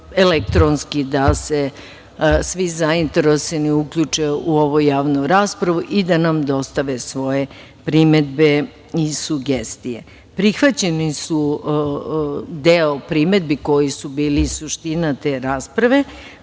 elektronski da se svi zainteresovani uključe u ovu javnu raspravu i da nam dostave svoje primedbe i sugestije. Prihvaćen je deo primedbi koji su bili suština te rasprave.